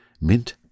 mint